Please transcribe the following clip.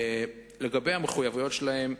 לגבי המחויבויות שלהם,